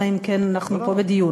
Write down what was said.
אלא אם כן אנחנו פה בדיון.